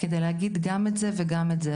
על מנת להגיד גם את זה וגם את זה.